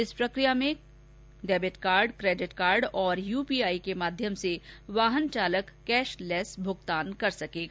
इस प्रकिया में डेबिट कार्ड केडिट कार्ड तथा यूपीआई के माध्यम से वाहन चालक कैशलेस भूगतान कर सकेगा